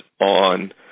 on